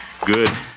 Good